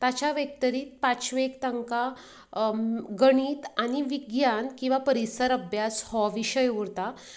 ताच्या व्यतीरीक्त पांचवेक तांकां गणीत आनी विज्ञान किंवां परीसर अभ्यास हो विशय उरता